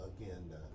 again